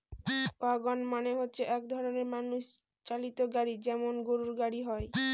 wagon মানে হচ্ছে এক রকমের মানুষ চালিত গাড়ি যেমন গরুর গাড়ি হয়